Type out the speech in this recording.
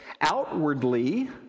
outwardly